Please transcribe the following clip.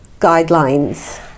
guidelines